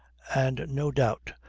and no doubt,